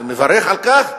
ומברך על כך,